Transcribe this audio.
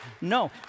No